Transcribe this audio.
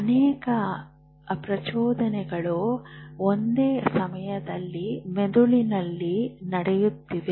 ಅನೇಕ ಪ್ರಚೋದನೆಗಳು ಒಂದೇ ಸಮಯದಲ್ಲಿ ಮೆದುಳಿನಲ್ಲಿ ನಡೆಯುತ್ತಿವೆ